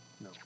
no